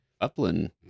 Upland